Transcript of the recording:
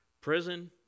prison